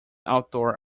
outdoor